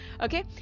okay